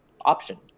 option